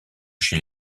chez